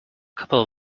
couple